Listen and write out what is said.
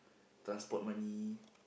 transport money